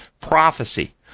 prophecy